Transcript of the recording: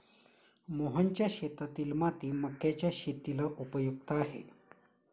मोहनच्या शेतातील माती मक्याच्या शेतीला उपयुक्त आहे